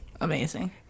amazing